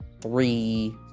three